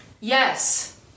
Yes